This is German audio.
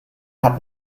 hat